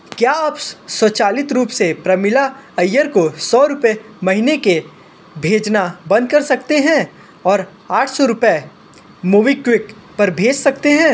क्या आप स्वचालित रूप से प्रमिला अय्यर को सौ रुपये महीने के भेजना बंद कर सकते हैं और आठ सौ रुपये मोबिक्विक पर भेज सकते हैं